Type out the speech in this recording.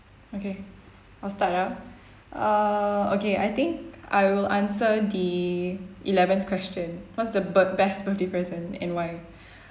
okay I'll start ah uh okay I think I will answer the eleventh question what's the bir~ best birthday present and why